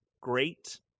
great